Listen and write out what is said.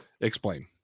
explain